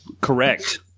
Correct